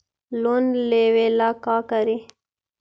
Loan लेबे ला का करि?